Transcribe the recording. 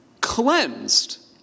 cleansed